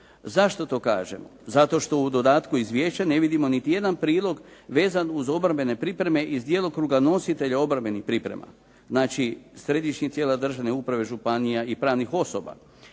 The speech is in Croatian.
Zašto to kažem? Zato što u dodatku izvješća ne vidimo niti jedan prilog vezan uz obrambene pripreme iz djelokruga nositelja obrambenih priprema, znači središnjih tijela državne uprave, županija i pravnih osoba